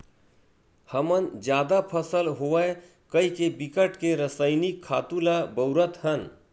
हमन जादा फसल होवय कहिके बिकट के रसइनिक खातू ल बउरत हन